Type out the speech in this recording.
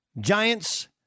Giants